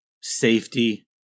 safety